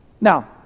Now